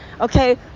Okay